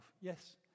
Yes